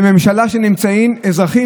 מהממשלה שאתם נמצאים בה זכותם של האזרחים